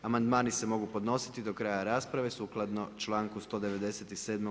Amandmani se mogu podnositi do kraja rasprave sukladno članku 197.